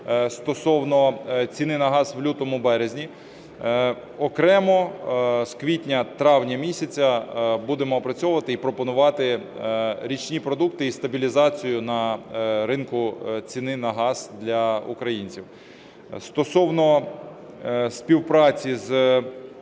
стосовно ціни на газ в лютому-березні. Окремо з квітня-травня місяця будемо опрацьовувати і пропонувати річні продукти і стабілізацію на ринку ціни на газ для українців. Стосовно співпраці з